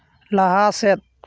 ᱞᱟᱦᱟ ᱥᱮᱫ